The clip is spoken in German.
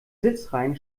sitzreihen